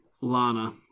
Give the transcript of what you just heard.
Lana